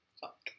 fuck